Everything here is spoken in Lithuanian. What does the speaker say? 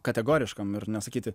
kategoriškam ir nesakyti